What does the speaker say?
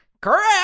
Correct